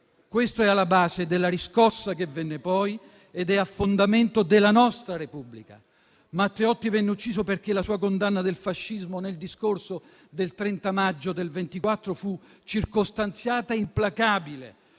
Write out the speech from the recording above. sono alla base della riscossa che venne poi, che è a fondamento della nostra Repubblica. Matteotti venne ucciso perché la sua condanna del fascismo, nel discorso del 30 maggio del 1924, fu circostanziata e implacabile.